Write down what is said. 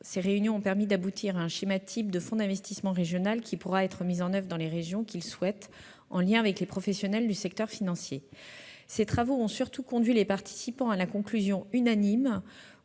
Ces réunions ont permis d'aboutir à un schéma type de fonds d'investissement régional, qui pourra être mis en oeuvre dans les régions qui le souhaitent, en lien avec les professionnels du secteur financier. Ces travaux ont surtout conduit les participants à la conclusion unanime